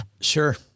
Sure